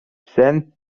sen